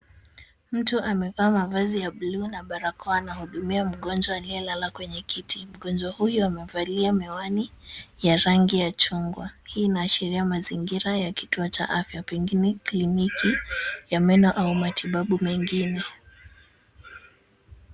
Mtu amevaa mavazi ya buluu na barakoa anahudumia mgonjwa aliyelala kwenye kiti. Mgonjwa huyu amevalia miwani ya rangi ya chungwa. Hii inaashiria mazingira ya kituo cha afya pengine kliniki ya meno au matibabu mengine.